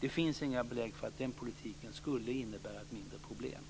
Det finns inga belägg för att den politiken skulle innebära ett mindre problem.